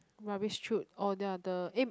rubbish chute oh they are the eh